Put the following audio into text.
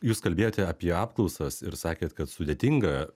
jūs kalbėjote apie apklausas ir sakėt kad sudėtinga